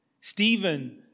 Stephen